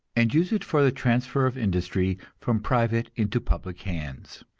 and use it for the transfer of industry from private into public hands.